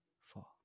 four